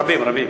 רבים.